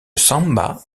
samba